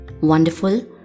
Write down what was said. wonderful